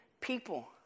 people